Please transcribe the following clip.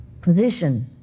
position